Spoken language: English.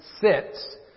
sits